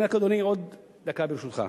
אני רק, אדוני, עוד דקה, ברשותך.